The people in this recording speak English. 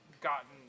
gotten